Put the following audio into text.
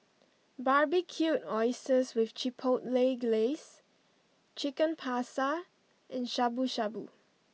Barbecued Oysters with Chipotle Glaze Chicken Pasta and Shabu Shabu